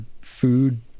food